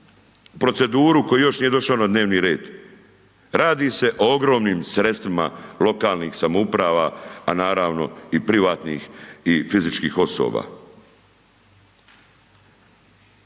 proceduru koji još nije došao na dnevni red. Radi se o ogromnim sredstvima lokalnih samouprava, a naravno i privatnih i fizičkih osoba.